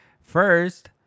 First